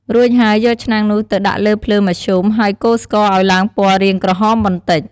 រួចហើយយកឆ្នាំងនោះទៅដាក់លើភ្លើងមធ្យម ហើយកូរស្ករឱ្យឡើងពណ៌រាងក្រហមបន្តិច។